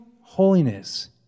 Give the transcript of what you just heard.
holiness